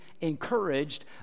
encouraged